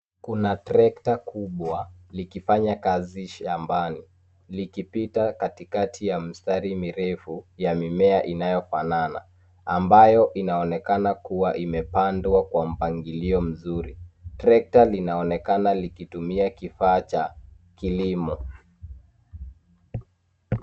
Kuna trekta kubwa likifanya kazi shambani, likipita katikati ya mstari mirefu ya mimea inayofanana ambayo inaonekana kuwa imepandwa kwa mpangilio mzuri. Trekta linaonekana likitumia kifaa cha kilimo.